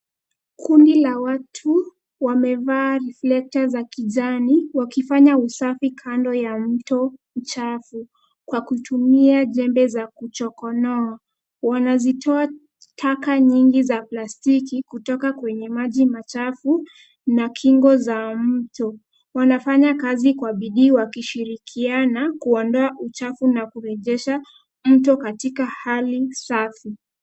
Kundi la watu wamevaa reflector za kijani wakifanya usafi kando ya mto mchafu kwa kutumia jembe za kuchokonoa. Wanazitoa taka nyingi za plastiki kutoka kwenye maji machafu na kingo za mto. Wanafanya kazi kwa bidii wakishirikiana kuondoa uchafu na kurejesha mto katika hali safi.